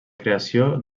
creació